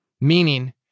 Meaning